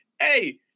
hey